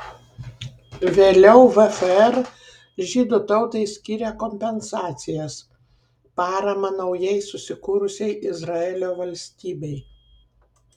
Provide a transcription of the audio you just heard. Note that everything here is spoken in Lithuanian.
vėliau vfr žydų tautai skyrė kompensacijas paramą naujai susikūrusiai izraelio valstybei